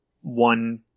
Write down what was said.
one